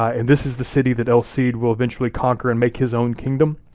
and this is the city that el cid will eventually conquer and make his own kingdom.